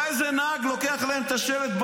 בא איזה נהג לוקח להם את השלט,